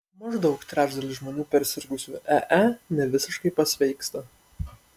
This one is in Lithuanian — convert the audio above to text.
maždaug trečdalis žmonių persirgusių ee nevisiškai pasveiksta